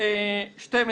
הסתייגות 12: